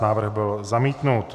Návrh byl zamítnut.